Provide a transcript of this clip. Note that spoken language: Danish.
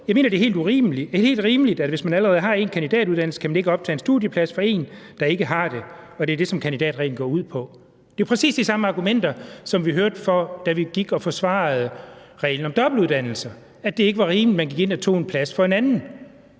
Jeg mener, at det er helt rimeligt, at hvis man allerede har en kandidatuddannelse, kan man ikke optage en studieplads for en, der ikke har det – og det er det, som kandidatreglen går ud på. Det er præcis de samme argumenter, som vi hørte, da vi gik og forsvarede reglen om dobbeltuddannelser, altså at det ikke var rimeligt, at man gik ind og tog en plads for en anden.